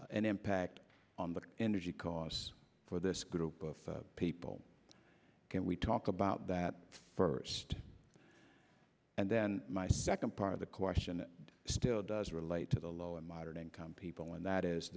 an impact on the energy costs for this group of people can we talk about that first and then my second part of the question still does relate to the low and moderate income people and that is